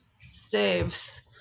staves